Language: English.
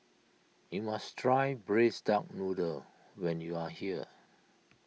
you must try Braised Duck Noodle when you are here